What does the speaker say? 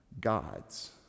God's